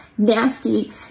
nasty